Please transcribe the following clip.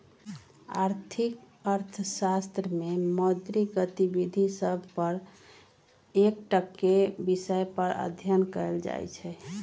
आर्थिक अर्थशास्त्र में मौद्रिक गतिविधि सभ पर एकटक्केँ विषय पर अध्ययन कएल जाइ छइ